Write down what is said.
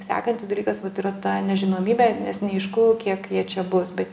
sekantis dalykas vat yra ta nežinomybė nes neaišku kiek jie čia bus bet